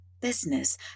Business